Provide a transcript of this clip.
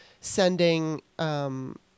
sending –